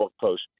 post